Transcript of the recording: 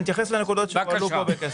אני אתייחס לנקודות שעלו כאן.